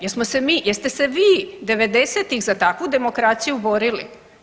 Jesmo se mi, jeste se vi '90.-tih za takvu demokraciju borili?